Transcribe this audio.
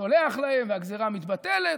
סולח להם והגזרה מתבטלת?